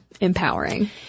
empowering